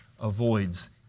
avoids